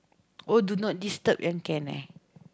oh do not disturb then can eh